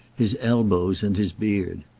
his elbows and his beard.